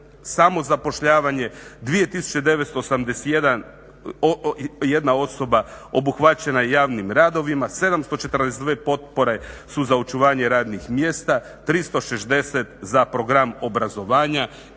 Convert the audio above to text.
samozapošljavanje, 2981 osoba obuhvaćena je javnim radovima, 742 potpore su za očuvanje radnih mjesta 360 za program obrazovanja